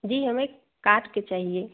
जी हमें काट के चाहिए